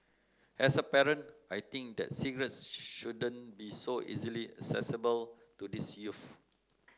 as a parent I think that cigarettes shouldn't be so easily accessible to these youths